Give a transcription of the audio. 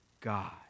God